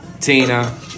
Tina